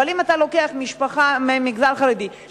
אבל אם אתה לוקח משפחה מהמגזר החרדי,